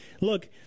look